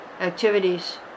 activities